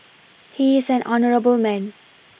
he is an honourable man